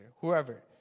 whoever